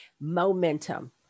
momentum